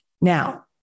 Now